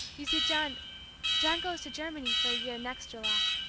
you see, john john goes to germany for a year, next july.